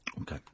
Okay